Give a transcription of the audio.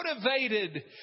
motivated